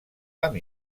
amb